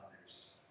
others